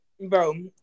Bro